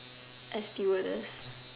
A stewardess